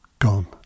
Gone